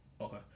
Okay